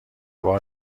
بار